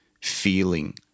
feeling